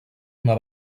una